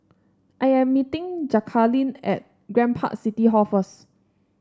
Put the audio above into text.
I am meeting Jacalyn at Grand Park City Hall first